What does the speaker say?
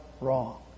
wrong